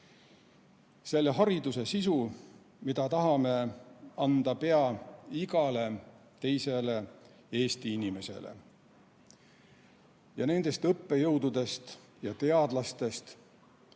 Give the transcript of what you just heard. selle hariduse sisu, mida tahame anda pea igale teisele Eesti inimesele. Ja nendest õppejõududest ja teadlastest